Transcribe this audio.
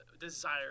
desire